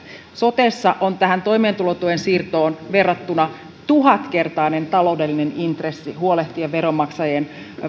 sotessa on tähän toimeentulotuen siirtoon verrattuna tuhatkertainen taloudellinen intressi huolehtia veronmaksajien